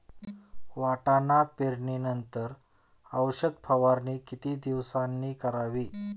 वाटाणा पेरणी नंतर औषध फवारणी किती दिवसांनी करावी?